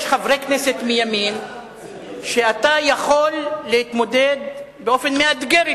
יש חברי כנסת מימין שאתה יכול להתמודד באופן מאתגר אתם,